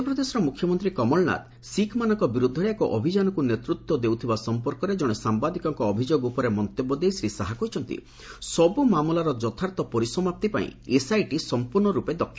ମଧ୍ୟପ୍ରଦେଶର ମୁଖ୍ୟମନ୍ତ୍ରୀ କମଳନାଥ ଶିଖ୍ମାନଙ୍କ ବିରୁଦ୍ଧରେ ଏକ ଅଭିଯାନକୁ ନେତୃତ୍ୱ ଦେଉଥିବା ସଂପର୍କରେ ଜଣେ ସାମ୍ବାଦିକଙ୍କ ଅଭିଯୋଗ ଉପରେ ମନ୍ତବ୍ୟ ଦେଇ ଶ୍ରୀ ଶାହା କହିଛନ୍ତି ସବୁ ମାମଲାର ଯଥାର୍ଥ ପରିସମାପ୍ତି ପାଇଁ ଏସ୍ଆଇଟି ସଂପର୍ଣ୍ଣ ରୂପେ ଦକ୍ଷ